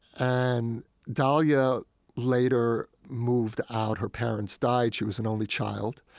and dalia later moved out, her parents died. she was an only child.